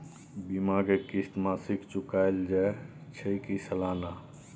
बीमा के किस्त मासिक चुकायल जाए छै की सालाना?